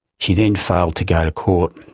she then failed to go to court.